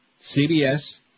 CBS